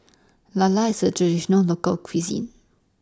Lala IS A Traditional Local Cuisine